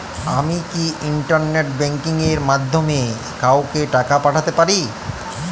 আমি কি internet banking এর মাধ্যমে কাওকে টাকা পাঠাতে পারি?